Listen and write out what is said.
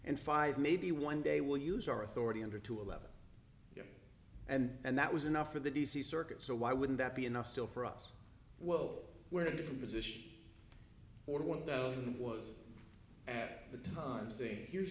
and five maybe one day we'll use our authority under two eleven and that was enough for the d c circuit so why wouldn't that be enough still for us well where a different position or one thousand was at the time saying here's